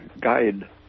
guide